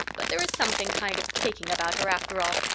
but there is something kind of taking about her after all.